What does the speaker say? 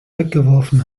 weggeworfen